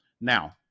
Now